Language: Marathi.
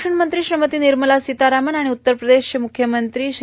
संरक्षण मंत्री श्रीमती निर्मला सितारामन आणि उत्तर प्रदेशचे मुख्यमंत्री श्री